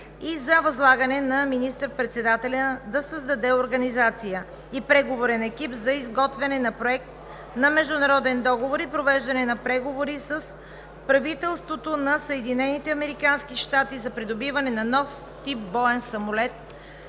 и за възлагане на министър-председателя да създаде организация и преговорен екип за изготвяне на проект на международен договор и провеждане на преговори с правителството на Съединените американски щати за придобиване на нов тип боен самолет“,